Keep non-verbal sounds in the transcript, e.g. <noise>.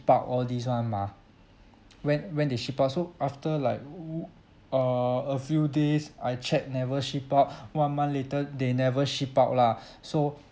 out all this one mah <noise> when when they ship out so after like u~ err a few days I check never ship out one month later they never ship out lah so <breath>